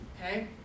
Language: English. Okay